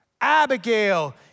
Abigail